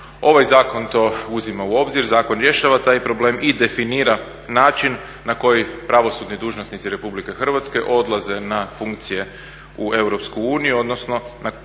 Ovaj zakon to uzima u obzir, zakon rješava taj problem i definira način na koji pravosudni dužnosnici RH odlaze na funkcije u EU, odnosno